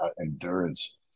endurance